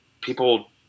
people